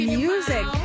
music